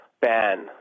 ban